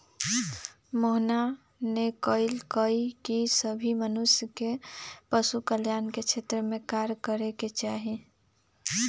मोहना ने कहल कई की सभी मनुष्य के पशु कल्याण के क्षेत्र में कार्य करे के चाहि